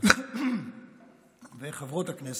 וחברות הכנסת,